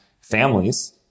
families